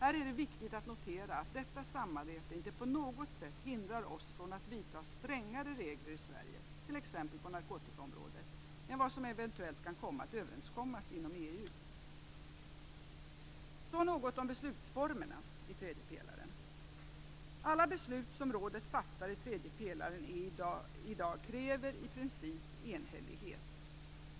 Det är viktigt att notera att detta samarbete inte på något sätt hindrar oss från att vidta strängare regler i Sverige än vad som eventuellt kan komma att överenskommas inom EU på t.ex. narkotikaområdet. Jag skall något beröra beslutsformerna i tredje pelaren. Alla beslut som rådet fattar i tredje pelaren i dag kräver i princip enhällighet.